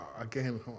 again